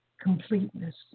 completeness